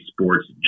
sports